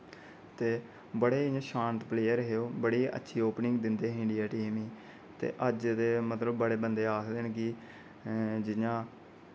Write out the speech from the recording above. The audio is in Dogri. ते बड़े इ'प्लेयर हे ओह् बड़ी अच्छी ओपनिंग दिंदे हे इंयां शांत डिया टीम ही ते अज्ज ते मतलब बड़े बंदे आखदे न की जि'यां